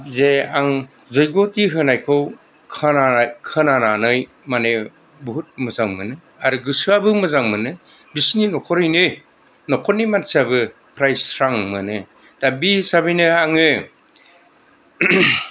जे आं जैग'थि होनायखौ खोनाना खोनानानै माने बहुथ मोजां मोनो आरो गोसोआबो मोजां मोनो बिसिनि न'खरैनो न'खरनि मानसिआबो फ्राय स्रां मोनो दा बि हिसाबैनो आङो